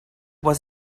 was